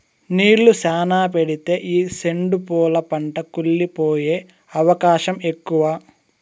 నీళ్ళు శ్యానా పెడితే ఈ సెండు పూల పంట కుళ్లి పోయే అవకాశం ఎక్కువ